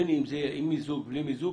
בין אם זה יהיה עם מיזוג, בלי מיזוג.